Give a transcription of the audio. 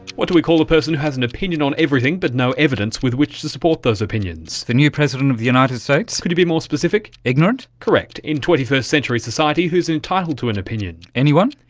what do we call a person who has an opinion on everything, but no evidence with which to support those opinions? the new president of the united states. could you be more specific? ignorant. correct. in twenty first century society, who is entitled to an opinion? anyone.